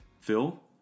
Phil